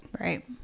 Right